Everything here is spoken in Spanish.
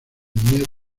niñez